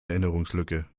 erinnerungslücke